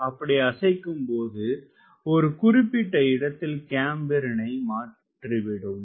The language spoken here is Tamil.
அப்படி அசைக்கும்போது ஒரு குறிப்பிட்ட இடத்தில் கேம்பரினை மாற்றிவிட்டோம்